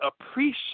appreciate